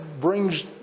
brings